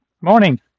morning